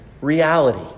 reality